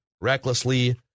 recklessly